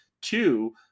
Two